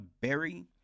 Berry